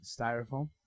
styrofoam